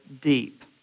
deep